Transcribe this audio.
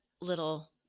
little